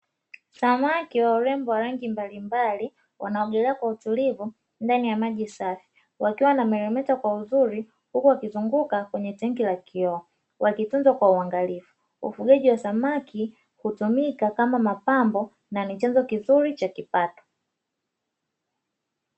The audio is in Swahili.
Samaki wa urembo wa rangi mbalimbali wanaogelea kwa utulivu ndani ya maji safi, wakiwa wanameremeta kwa uzuri huku wakizunguka kwenye tangi la kioo wakitunzwa kwa uangalifu, ufugaji wa samaki hutumika kama mapambo na ni chanzo kizuri cha kipato.